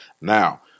Now